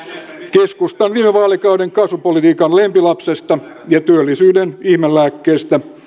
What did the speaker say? keskustan viime vaalikauden kasvupolitiikan lempilapsesta ja työllisyyden ihmelääkkeistä